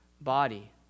body